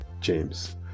James